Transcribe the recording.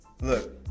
Look